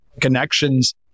connections